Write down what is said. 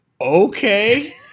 okay